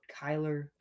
Kyler